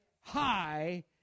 high